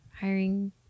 hiring